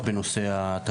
רק את ליגות העל.